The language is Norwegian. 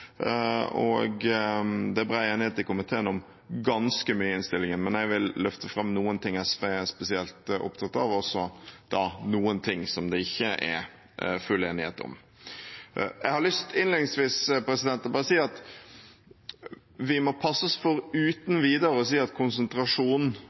og det er bred enighet i komiteen om ganske mye i innstillingen. Men jeg vil løfte fram noen ting SV er spesielt opptatt av, og noen ting det ikke er full enighet om. Innledningsvis har jeg bare lyst til å si at vi må passe oss for